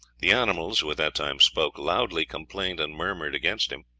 the animals, who at that time spoke, loudly complained and murmured against him.